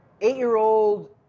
eight-year-old